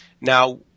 Now